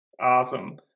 Awesome